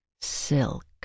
silk